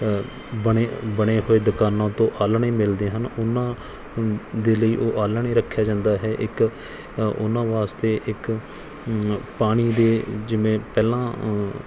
ਬਣੇ ਬਣੇ ਹੋਏ ਦੁਕਾਨਾਂ ਤੋਂ ਆਲ੍ਹਣੇ ਮਿਲਦੇ ਹਨ ਉਹਨਾਂ ਦੇ ਲਈ ਉਹ ਆਲ੍ਹਣੇ ਰੱਖਿਆ ਜਾਂਦਾ ਹੈ ਇੱਕ ਉਹਨਾਂ ਵਾਸਤੇ ਇੱਕ ਪਾਣੀ ਦੇ ਜਿਵੇਂ ਪਹਿਲਾਂ